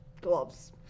gloves